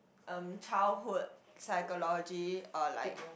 um childhood psychology uh like